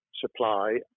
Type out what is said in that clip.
supply